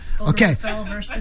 Okay